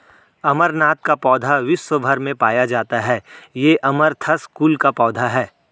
अमरनाथ का पौधा विश्व् भर में पाया जाता है ये अमरंथस कुल का पौधा है